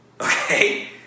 okay